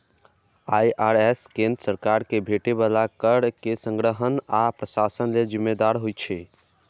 IRS केंद्र सरकार कें भेटै बला कर के संग्रहण आ प्रशासन लेल जिम्मेदार होइ छै